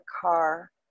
car